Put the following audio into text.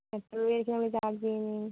എത്ര രൂപ വെച്ചാണ് നിങ്ങൾ ചാർജ് ചെയ്യുന്നത്